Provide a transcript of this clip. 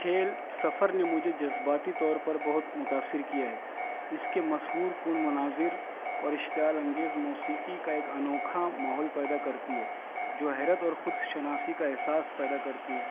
کھیل سفر نے مجھے جذباتی طور پر بہت متاثر کیا ہے اس کے مسحور کن مناظر اور اشتعال انگیز موسیقی کا ایک انوکھا ماحول پیدا کرتی ہے جو حیرت اور خود شناسی کا احساس پیدا کرتی ہے